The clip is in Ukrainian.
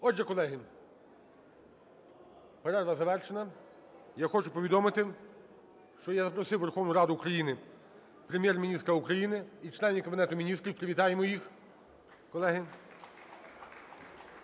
Отже, колеги, перерва завершена. Я хочу повідомити, що я запросив в Верховну Раду України Прем'єр-міністра України і членів Кабінету Міністрів. Привітаємо їх, колеги!